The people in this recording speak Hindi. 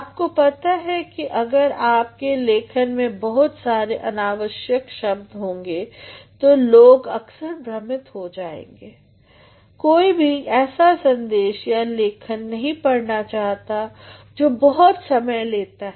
आपको पता है कि अगर आपके लेखन में बहुत सारे अनावश्यक शब्द होंगे तो लोग अक्सर भ्रमित हो जाएंगे कोई भी ऐसा सन्देश या लेखन नही पढ़ना चाहता जो बहुत समय लेता है